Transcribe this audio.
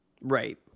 Right